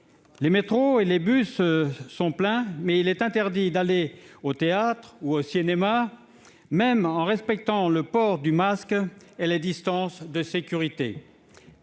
Les métros et les bus sont pleins, mais il est interdit d'aller au théâtre ou au cinéma, même en respectant le port du masque et les distances de sécurité.